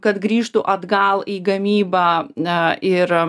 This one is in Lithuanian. kad grįžtų atgal į gamybą na ir